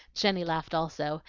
jenny laughed also,